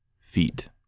Feet